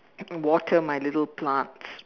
water my little plants